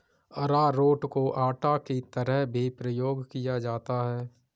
अरारोट को आटा की तरह भी प्रयोग किया जाता है